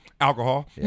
Alcohol